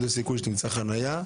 יש עוד סיכוי שתמצא חניה.